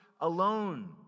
alone